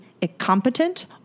incompetent